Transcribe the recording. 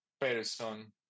person